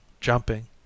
jumping